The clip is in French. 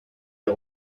des